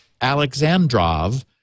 Alexandrov